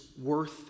worth